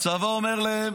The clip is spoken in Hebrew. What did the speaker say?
הצבא אומר להם: